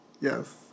Yes